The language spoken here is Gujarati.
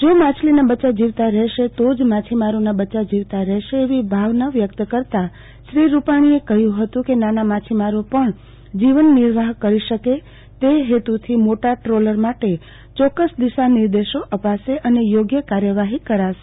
જો માછલીના બચ્યા જીવતા રહેશે તો જ માછીમારોના બચ્યાં જીવતા રહેશે એવી ભાવના વ્યક્ત કરતાં શ્રી રૂપાણીએ કહ્યું હતું કે નાના માછીમારો પણ જીવન નિર્વાહ કરી શકે કે હેતુથી મોટા દ્રોલર માટે ચોક્કસ દિશા નિર્દેશો અપાશે અને ચોગ્ય કાર્યવાહી કરાશે